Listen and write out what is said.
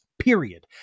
period